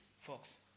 folks